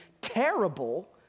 terrible